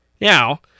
Now